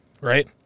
right